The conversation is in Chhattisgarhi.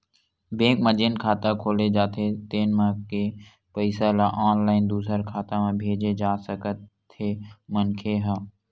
बेंक म जेन खाता खोले जाथे तेन म के पइसा ल ऑनलाईन दूसर खाता म भेजे जा सकथे मनखे ह